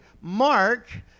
Mark